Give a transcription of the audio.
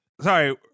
Sorry